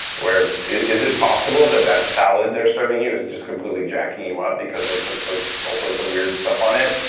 where, is it possible that that salad they are serving you is just completely jacking you up because they put all sorts all sorts of weird stuff on it?